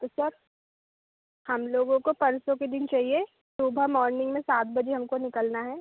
तो सर हम लोगों को परसों के दिन चहिए सुबह मॉर्निंग में सात बजे हमको निकलना है